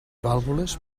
vàlvules